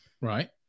Right